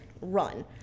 run